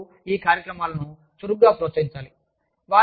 నిర్వాహకులు ఈ కార్యక్రమాలను చురుకుగా ప్రోత్సహించాలి